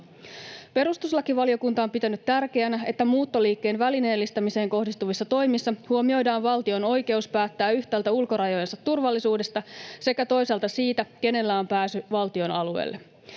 Perustuslakivaliokunta on pitänyt tärkeänä, että muuttoliikkeen välineellistämiseen kohdistuvissa toimissa huomioidaan valtion oikeus päättää yhtäältä ulkorajojensa turvallisuudesta sekä toisaalta siitä, kenellä on pääsy valtion alueelle.